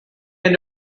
end